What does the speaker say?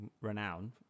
renowned